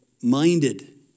minded